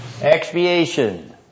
Expiation